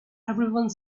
everyone